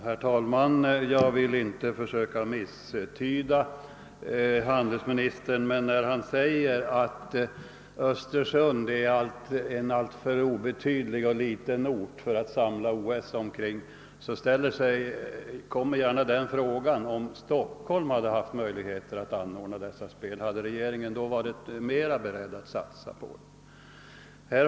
Herr talman! Jag vill inte försöka misstyda handelsministern, men när han säger att Östersund är en alltför obetydlig och liten ort för att samla olympiska vinterspel omkring uppkommer frågan: Om Stockholm haft möjligheter att anordna dessa spel, hade regeringen då varit mera beredd att satsa på dem?